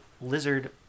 lizard